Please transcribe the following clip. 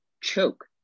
choke